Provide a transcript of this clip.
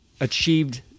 achieved